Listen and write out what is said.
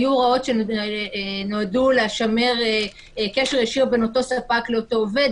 היו הוראות שנועדו לשמר קשר ישיר בין אותו ספק לאותו עובד,